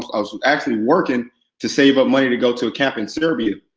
i was was actually working to save up money to go to a camp in serbia